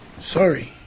Sorry